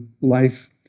life